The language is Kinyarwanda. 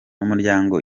umuryango